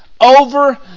over